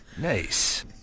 Nice